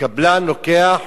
והקבלן לוקח,